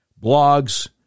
blogs